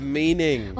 meaning